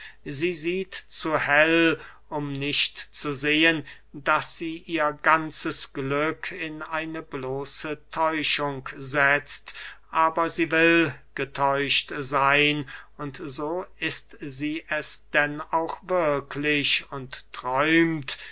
sie sieht zu hell um nicht zu sehen daß sie ihr ganzes glück in eine bloße täuschung setzt aber sie will getäuscht seyn und so ist sie es denn auch wirklich und träumt